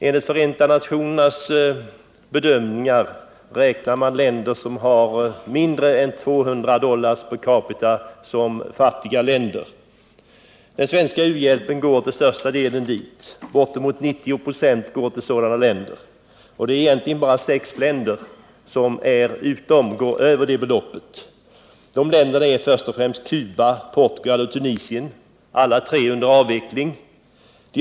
Enligt Förenta nationernas bedömning räknas länder där medelinkomsten är mindre än 200 dollar per capita som fattiga länder. Den största delen, bortemot 90 96, av den svenska u-hjälpen går till sådana länder. Det är egentligen bara sex biståndsländer som har en högre medelinkomst. Det är först och främst Cuba, Portugal och Tunisien. Alla dessa tre är under avveckling som mottagarländer.